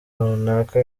runaka